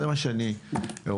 זה מה שאני אומר.